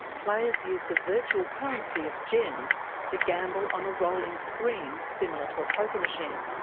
players use the virtual currency of gems to gamble on a rolling screen similar to a poker machine.